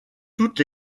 toutes